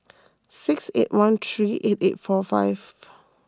six eight one three eight eight four five